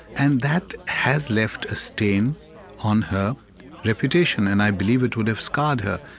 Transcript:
and that has left a stain on her reputation, and i believe it would have scarred her.